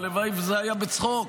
הלוואי שזה היה בצחוק.